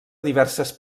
diverses